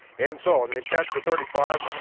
and so and in chapter thirty five,